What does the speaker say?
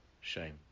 shame